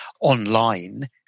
online